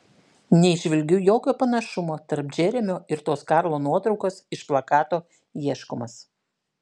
neįžvelgiu jokio panašumo tarp džeremio ir tos karlo nuotraukos iš plakato ieškomas